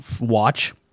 watch